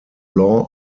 law